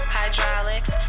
hydraulics